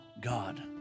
God